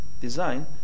design